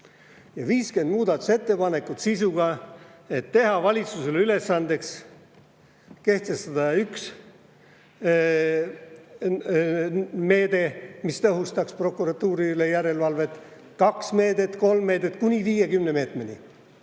50 muudatusettepanekut sisuga, et teha valitsusele ülesandeks kehtestada üks meede, mis tõhustaks prokuratuuri üle järelevalvet, või kaks meedet või kolm meedet, kuni 50 meetmeni.